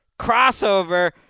crossover